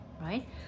right